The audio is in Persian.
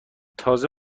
تازه